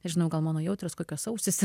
nežinau gal mano jautrios kokios ausys